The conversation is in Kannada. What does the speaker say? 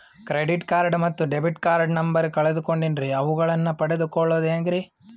ಕ್ರೆಡಿಟ್ ಕಾರ್ಡ್ ಮತ್ತು ಡೆಬಿಟ್ ಕಾರ್ಡ್ ನಂಬರ್ ಕಳೆದುಕೊಂಡಿನ್ರಿ ಅವುಗಳನ್ನ ಪಡೆದು ಕೊಳ್ಳೋದು ಹೇಗ್ರಿ?